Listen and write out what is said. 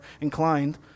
inclined